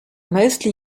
mostly